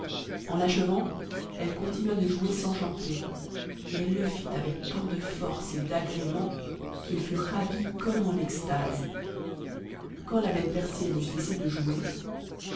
en achevant elle continua de jouer sans chanter et elle le fit avec tant de force et d'agrément qu'il fut comme en extase quand la belle persienne eut cessé de jouer